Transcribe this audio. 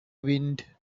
wind